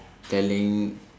telling